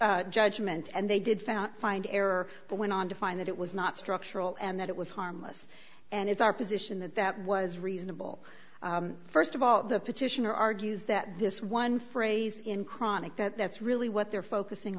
courts judgment and they did found find error but went on to find that it was not structural and that it was harmless and it's our position that that was reasonable first of all the petitioner argues that this one phrase in chronic that that's really what they're focusing